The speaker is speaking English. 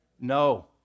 No